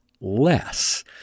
less